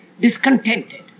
discontented